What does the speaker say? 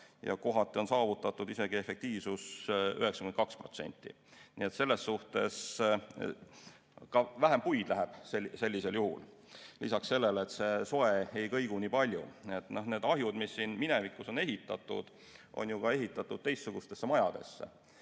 ja kohati on saavutatud isegi efektiivsus 92%. Ja ka vähem puid läheb sellisel juhul, lisaks sellele, et see soe ei kõigu nii palju. Need ahjud, mis siin minevikus on ehitatud, on ju ehitatud teistsugustesse majadesse.